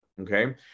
okay